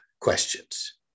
questions